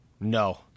No